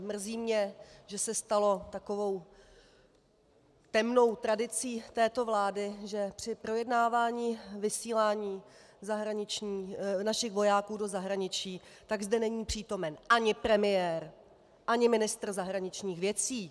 Mrzí mě, že se stalo takovou temnou tradicí této vlády, že při projednávání vysílání našich vojáků do zahraničí zde není přítomen ani premiér, ani ministr zahraničních věcí.